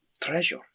Treasure